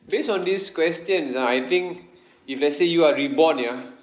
based on these questions ah I think if let's say you are reborn ya